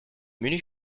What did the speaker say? menus